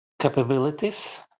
capabilities